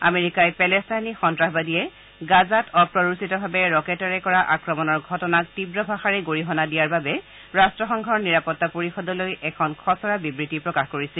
আমেৰিকাই পেলেষ্টাইনী সন্ত্ৰাসবাদীয়ে গাজাত অপ্ৰৰোচিভাৱে ৰকেটেৰে কৰা আক্ৰমণৰ ঘটনাক তীৱ ভাষাৰে গৰিহণা দিয়াৰ বাবে ৰাষ্টসংঘৰ নিৰাপতা পৰিষদলৈ এখন খচৰা বিবৃতি প্ৰকাশ কৰিছিল